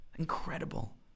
incredible